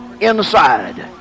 inside